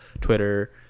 Twitter